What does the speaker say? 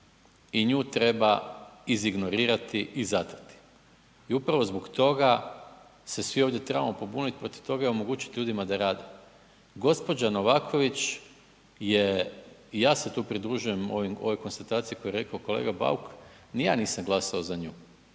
se ne razumije./.... I upravo zbog toga se svi ovdje trebamo pobuniti protiv toga i omogućiti ljudima da rade. Gospođa Novaković je, ja se tu pridružujem ovoj konstataciji koju je rekao kolega Bauk, ni ja nisam glasao za nju